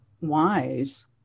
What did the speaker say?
wise